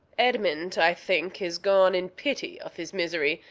edmund, i think, is gone, in pity of his misery,